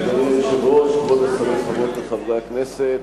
אדוני היושב-ראש, כבוד השרים, חברות וחברי הכנסת,